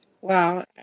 Wow